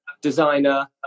designer